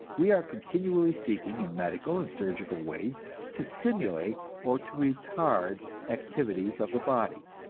we are continually seeking in medical and surgical ways to stimulate or to retard activities of the body,